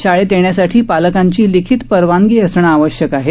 शाळेत येण्यासाठी पालकांची लिखित परवानगी असणं आवश्यक आहे